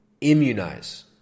immunize